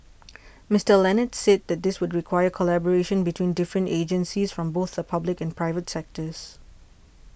Mister Leonard said that this would require collaboration between different agencies from both the public and private sectors